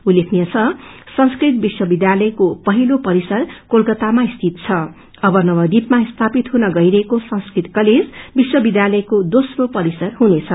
उललेखनीय द संस्कृत विश्वविध्यालयको पहिलो परिसर बोलकातामा स्थित छ अब नवद्वीपमा हुनगईरहेको संस्कृत कलेज विश्वविष्यालयको दोस्रो परिसर हुनेछ